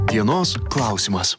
dienos klausimas